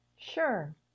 Sure